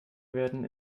werden